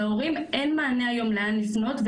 להורים אין מענה היום לאן לפנות,